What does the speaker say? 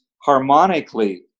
harmonically